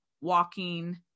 walking